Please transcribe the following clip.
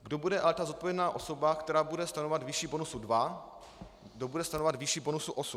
Kdo bude ale ta zodpovědná osoba, která bude stanovovat výši bonusu 2, kdo bude stanovovat výši bonusu 8?